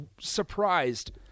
surprised